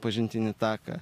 pažintinį taką